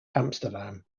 amsterdam